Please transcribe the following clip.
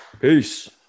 peace